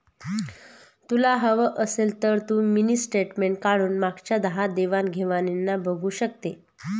तुला हवं असेल तर तू मिनी स्टेटमेंट काढून मागच्या दहा देवाण घेवाणीना बघू शकते